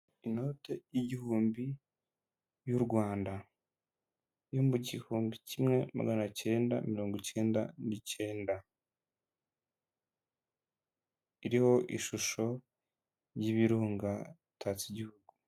Inote igihumbi y'u Rwanda, yo mu gihumbi kimwe magana cyenda mirongo cyenda n'icyenda, iriho ishusho y'ibirunga bitatse igihugu.